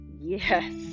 Yes